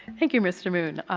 thank you, mr. moon.